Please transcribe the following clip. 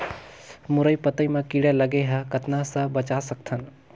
मुरई पतई म कीड़ा लगे ह कतना स बचा सकथन?